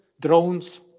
drones